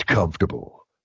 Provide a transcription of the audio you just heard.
comfortable